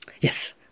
Yes